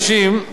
תקציביות,